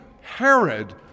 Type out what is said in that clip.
Herod